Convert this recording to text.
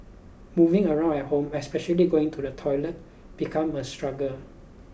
moving around at home especially going to the toilet become a struggle